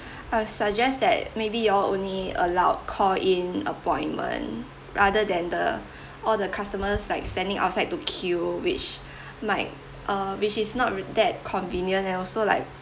I suggest that maybe you all only allow call in appointment rather than the all the customers like standing outside to queue which might uh which is not that convenient and also like